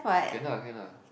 cannot can lah